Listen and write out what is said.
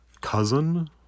cousin